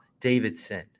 Davidson